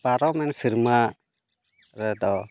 ᱯᱟᱨᱚᱢᱮᱱ ᱥᱮᱨᱢᱟ ᱨᱮᱫᱚ